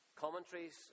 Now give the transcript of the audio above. commentaries